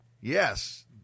Yes